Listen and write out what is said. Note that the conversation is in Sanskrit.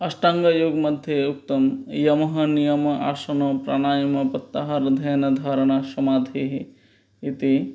अष्टाङ्गयोगमध्ये उक्तं यमः नियमः आसनं प्राणायामः प्रत्याहारध्यानधारणासमाधिः इति